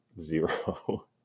zero